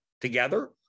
together